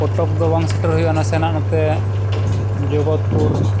ᱯᱚᱴᱚᱠ ᱫᱚ ᱵᱟᱝ ᱥᱮᱴᱮᱨ ᱦᱩᱭᱩᱜᱼᱟ ᱱᱟᱥᱮᱱᱟᱜ ᱱᱚᱛᱮ ᱡᱚᱜᱚᱛᱯᱩᱨ